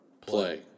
play